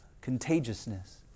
contagiousness